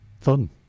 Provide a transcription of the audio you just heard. fun